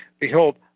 Behold